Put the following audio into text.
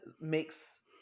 makes